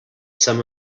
some